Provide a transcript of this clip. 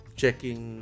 checking